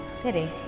Pity